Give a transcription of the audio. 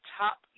top